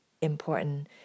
important